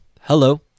Hello